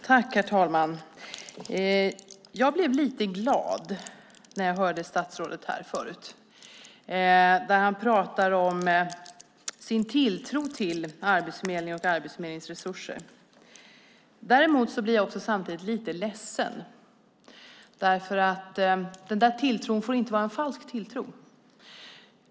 Herr talman! Jag blev lite glad när jag hörde statsrådet tala om sin tilltro till Arbetsförmedlingen och Arbetsförmedlingens resurser. Samtidigt blev jag lite ledsen, för den tilltron får inte vara en falsk tilltro.